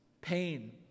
pain